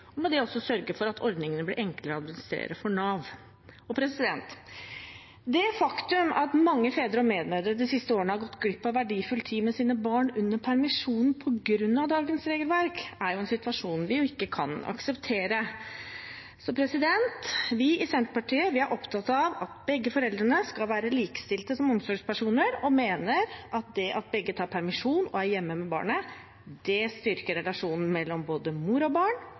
og mindre byråkratisk og med det også sørge for at ordningene blir enklere å administrere for Nav. Det faktum at mange fedre og medmødre de siste årene har gått glipp av verdifull tid med sine barn under permisjonen på grunn av dagens regelverk, er en situasjon vi ikke kan akseptere. Så vi i Senterpartiet er opptatt av at begge foreldrene skal være likestilte som omsorgspersoner og mener at det at begge tar permisjon og er hjemme med barnet, styrker relasjonen mellom både mor og barn